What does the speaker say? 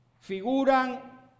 figuran